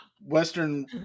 Western